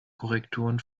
korrekturen